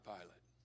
Pilate